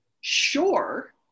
sure